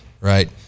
right